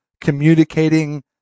communicating